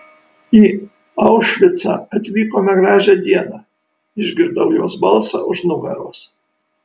į aušvicą atvykome gražią dieną išgirdau jos balsą už nugaros